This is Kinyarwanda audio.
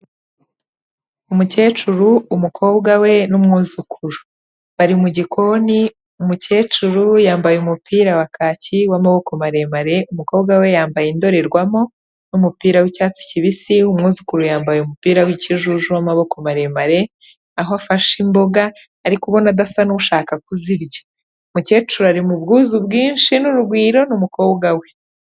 Umukecuru, umukobwa we, n'umwuzukuru. Bari mu gikoni, umukecuru yambaye umupira wa kaki w'amaboko maremare, umukobwa we yambaye indorerwamo, n'umupira w'icyatsi kibisi, umwuzukuru yambaye umupira w'ikijuju w'amaboko maremare, aho afashe imboga ari kubona adasa nushaka kuzirya. Umukecuru ari mu bwuzu bwinshi n'urugwiro n'umukobwa we.